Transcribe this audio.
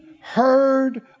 heard